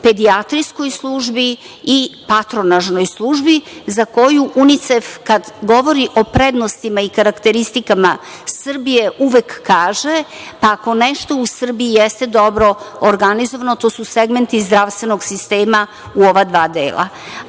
pedijatrijskoj službi i patronažnoj službi za koju Unicef, kad govori o prednostima i karakteristikama Srbije uvek kaže – pa, ako nešto u Srbiji jeste dobro organizovano, to su segmenti zdravstvenog sistema u ova dva dela.